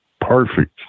perfect